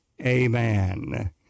Amen